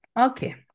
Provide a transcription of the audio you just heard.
Okay